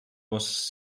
was